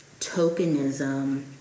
tokenism